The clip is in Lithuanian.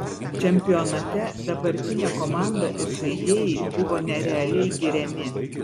čempionate dabartinė komanda ir žaidėjai buvo nerealiai giriami